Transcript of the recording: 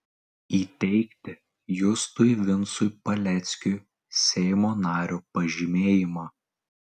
įteikti justui vincui paleckiui seimo nario pažymėjimą